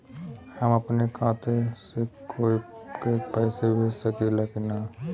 हम अपने खाता से कोई के पैसा भेज सकी ला की ना?